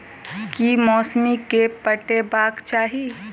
की मौसरी केँ पटेबाक चाहि?